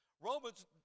Romans